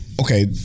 Okay